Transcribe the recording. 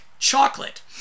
chocolate